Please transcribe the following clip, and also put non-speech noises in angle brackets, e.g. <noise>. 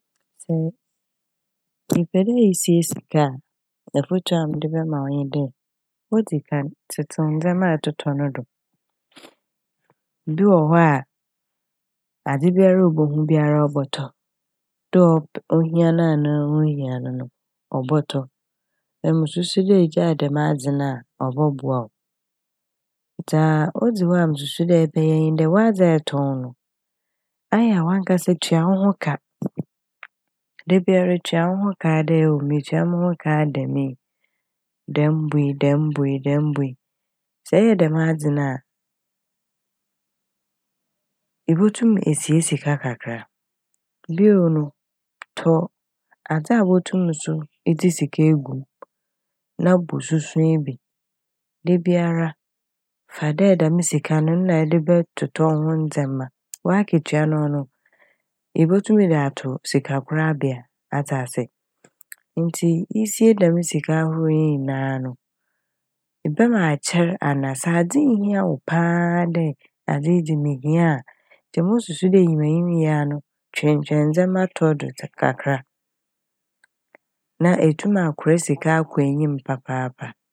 Sɛ epɛ dɛ isie sika a afotu a medze bɛma wo nye dɛ odzikan tsetsew ndzɛma ɛtotɔ no do. <hesitation> Bi wɔ hɔ a adze biara a obohu biara ɔbɔtɔ dɛ ɔp-ohia no anaa onnhia no no ɔbɔtɔ na mususu dɛ igyaa dɛm adze no a ɔbɔboa wo. Dza odzi hɔ a mususu dɛ ɛyɛ ɔboa wo nye dɛ ɔadze a ɛtɔn no aya a wankasa tua wo ho ka. Da baiara tua wo ho ka dɛ metua mo ho ka dɛm yi, dɛm bo yi, dɛm bo yi, dɛm bo yi, sɛ eyɛ dɛm adze na ibotum esie sika kakra. Bio no tɔ adze a ibotum edze sika egu mu na bɔ susu yi bi. Da biara fa dɛ dɛm sika no na ɛde bɔtɔ wo ho ndzɛma. W'akatua no no ibotum dze ato sika korabea, atse ase. Ntsi isie dɛm sika ne ahorow yi nyinaa no ebɛma akyɛr ana - sɛ adze nnhia wo paa dɛ adze yi dze mihia a nkyɛ mosusu dɛ enyimenyim yi ano twentwɛn ndzɛmatɔ do kakra a na etum akora sika akɔ enyim papaapa.